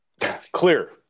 Clear